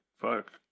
fuck